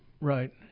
Right